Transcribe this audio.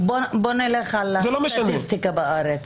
זה לא משנה --- בוא נלך על הסטטיסטיקה בארץ.